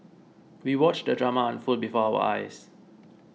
we watched the drama unfold before our eyes